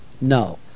no